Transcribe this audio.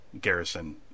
Garrison